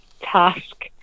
task